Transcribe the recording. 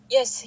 Yes